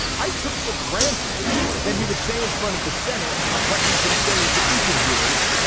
i took for granted that he would say in front of the senate what he'd been saying to interviewers,